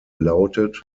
lautet